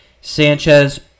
Sanchez